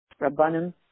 Rabbanim